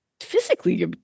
physically